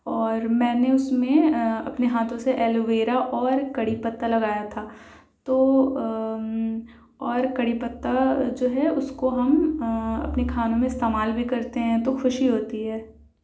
اور میں نے اس میں اپنے ہاتھوں سے ایلو ویرا اور کڑی پتّا لگایا تھا تو اور کڑی پتّا جو ہے اس کو ہم اپنے کھانوں میں استعمال بھی کرتے ہیں تو خوشی ہوتی ہے